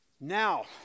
Now